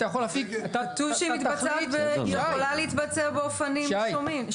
אתה תחליט --- כתוב שהיא יכולה להתבצע באופנים שונים.